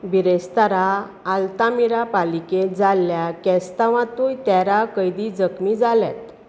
बिरेस्तारा आल्तामिरा पालिकेंत जाल्ल्या कॅस्तावांतूय तेरा कैदी जखमी जाल्यात